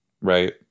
right